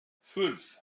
fünf